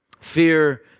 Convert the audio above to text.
Fear